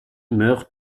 meurt